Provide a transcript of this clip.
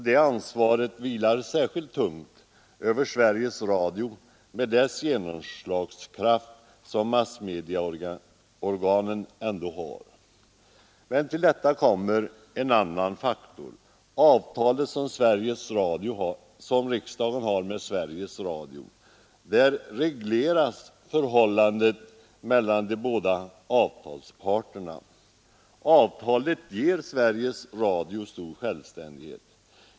Det ansvaret vilar särskilt tungt över Sveriges Radio med den genomslagskraft som massmediaorganen ändå har. Till detta kommer en annan faktor: ett avtal som staten har med Sveriges Radio. Där regleras förhållandet mellan de båda avtalsparterna. Avtalet ger Sveriges Radio stor självständighet.